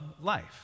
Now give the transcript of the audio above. life